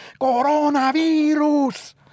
coronavirus